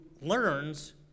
learns